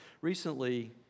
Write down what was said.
recently